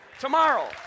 tomorrow